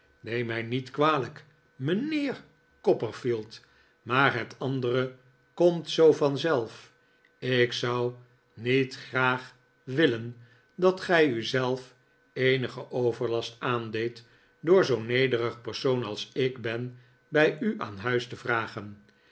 neem mij niet kwalijk mijnheer copperfield maar het andere komt zoo vanzelf ik zou niet graag willen dat gij u zelf eenigen overlast aandeedt door zoo'n nederig persoon als ik ben bij u aan huis te vragen